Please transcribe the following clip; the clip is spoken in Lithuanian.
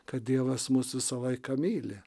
kad dievas mus visą laiką myli